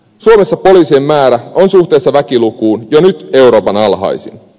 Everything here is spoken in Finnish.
suomessa poliisien määrä on suhteessa väkilukuun jo nyt euroopan alhaisin